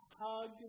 hug